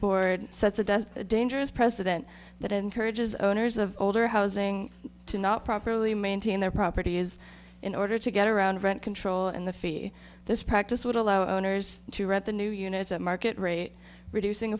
board sets a does a dangerous precedent that encourages owners of older housing to not properly maintain their properties in order to get around rent control and the fee this practice would allow owners to rent the new units at market rate reducing